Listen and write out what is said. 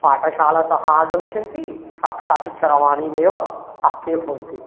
पाठशालातः आगमिष्यन्ति साक्षात् चरवाणीमेव हस्ते भवन्ति